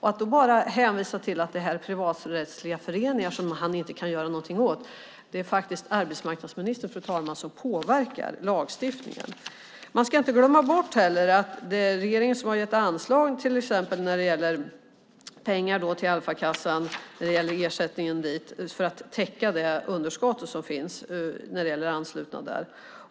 Han hänvisar till att det här är privaträttsliga föreningar som han inte kan göra något, men det är faktiskt arbetsmarknadsministern som påverkar lagstiftningen, fru talman. Man ska heller inte glömma bort att det är regeringen som har gett anslag till exempel till Alfakassan för att täcka det underskott som finns när det gäller anslutna där.